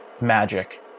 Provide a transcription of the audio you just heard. magic